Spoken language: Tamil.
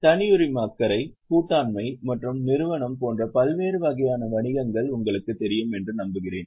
தனியுரிம அக்கறை கூட்டாண்மை மற்றும் நிறுவனம் போன்ற பல்வேறு வகையான வணிகங்கள் உங்களுக்குத் தெரியும் என்று நம்புகிறேன்